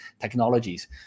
technologies